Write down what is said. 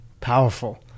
Powerful